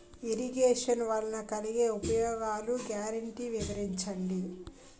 Irrigation వలన కలిగే ఉపయోగాలు గ్యారంటీ వివరించండి?